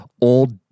old